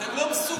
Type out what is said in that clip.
אתם לא מסוגלים.